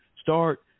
start –